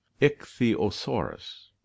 ichthyosaurus